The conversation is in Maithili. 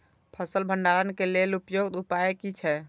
फसल भंडारण के लेल उपयुक्त उपाय कि छै?